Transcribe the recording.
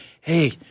hey